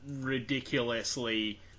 ridiculously